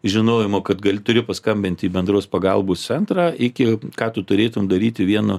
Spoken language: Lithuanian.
žinojimo kad gali turi paskambinti į bendros pagalbos centrą iki ką tu turėtum daryti vienu